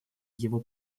его